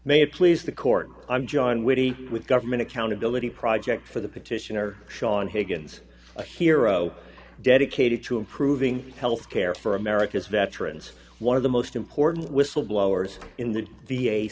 may please the court i'm john witty with government accountability project for the petitioner sean higgins a hero dedicated to improving health care for america's veterans one of the most important whistleblowers in the